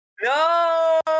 No